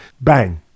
Bang